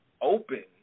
open